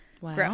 Wow